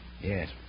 Yes